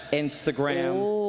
instagram,